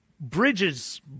bridges